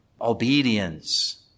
obedience